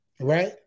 right